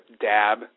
Dab